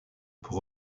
pour